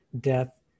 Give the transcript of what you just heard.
death